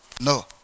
No